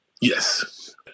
Yes